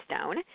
stone